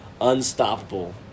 Unstoppable